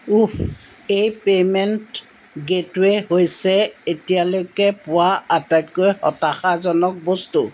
উহ্ এই payment gateway হৈছে এতিয়ালৈকে পোৱা আটাইতকৈ হতাশাজনক বস্তু